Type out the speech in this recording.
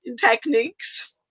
Techniques